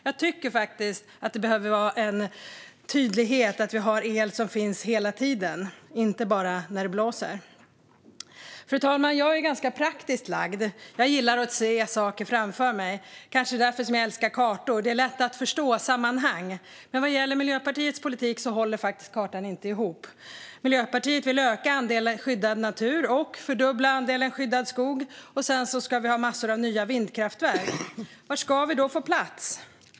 Jag tycker faktiskt att det behövs en tydlighet och att vi har el hela tiden, inte bara när det blåser. Fru talman! Jag är ganska praktiskt lagd. Jag gillar att se saker framför mig. Kanske är det därför som jag älskar kartor; det är lätt att förstå sammanhang. Men vad gäller Miljöpartiets politik håller inte kartan ihop. Miljöpartiet vill öka andelen skyddad natur och fördubbla andelen skyddad skog. Sedan ska vi ha massor av nya vindkraftverk. Var ska vi då få plats?